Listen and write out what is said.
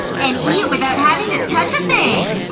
and eat without having to touch a thing!